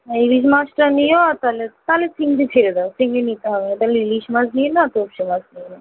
ইলিশ মাছটা নিও আর তাহলে তাহলে চিংড়ি ছেড়ে দাও চিংড়ি নিতে হবে তালে ইলিশ মাছ নিয়ে নাও তোপসে মাছ নিয়ে নাও